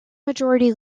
majority